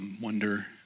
Wonder